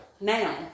now